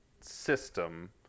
system